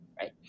right